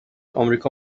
امریکا